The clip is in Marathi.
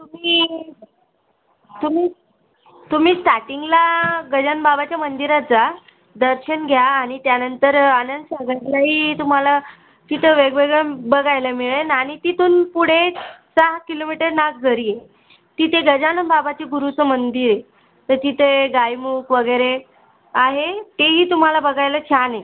तुम्ही तुम्ही तुम्ही स्टाटिंगला गजाननबाबाच्या मंदिरात जा दर्शन घ्या आणि त्यानंतर आनंदसागरलाही तुम्हाला तिथं वेगवेगळं बघायला मिळेन आणि तिथून पुढे सहा किलोमीटर नागझरी आहे तिथे गजाननबाबाच्या गुरुचं मंदिर आहे तर तिथे गायमुख वगैरे आहे तेही तुम्हाला बघायला छान आहे